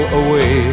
away